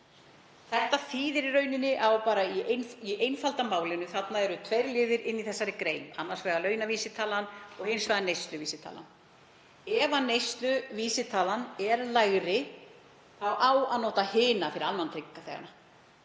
Þetta þýðir í rauninni á einföldu máli að það eru tveir liðir í þessari grein, annars vegar launavísitalan og hins vegar neysluvísitalan. Ef neysluvísitalan er lægri á að nota hina fyrir almannatryggingaþegana.